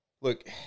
Look